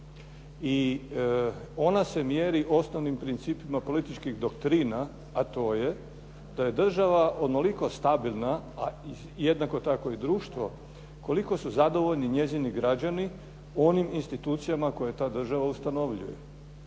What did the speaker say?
I ona se mjeri osnovnim principima političkih doktrina a to je da je država onoliko stabilna, a jednako tako i društvo koliko su zadovoljni njezini građani onim institucijama koje ta država ustanovljuje.